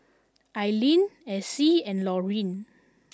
Ailene Alcee and Laurene